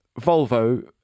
Volvo